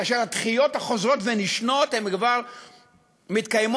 כאשר הדחיות החוזרות ונשנות כבר מתקיימות